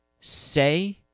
say